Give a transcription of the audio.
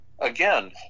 again